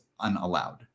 unallowed